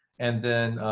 and then,